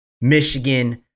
Michigan